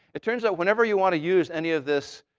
it turns out, whenever you want to use any of this